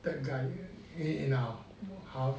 third guy ah in in our house